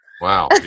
wow